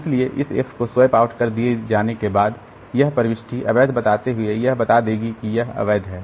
इसलिए इस f को स्वैप आउट कर दिए जाने के बाद यह प्रविष्टि अवैध बताते हुए यह बता देगी कि यह अवैध है